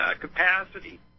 capacity